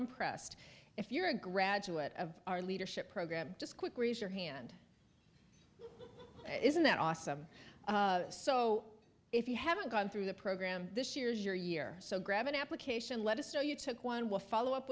impressed if you're a graduate of our leadership program just quick raise your hand isn't that awesome so if you haven't gone through the program this year is your year so grab an application let us know you took one we'll follow up